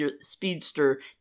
speedster